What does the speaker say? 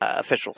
officials